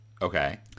Okay